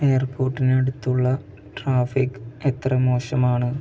എയർപോർട്ടിനടുത്തുള്ള traffic എത്ര മോശമാണ്